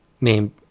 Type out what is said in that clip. named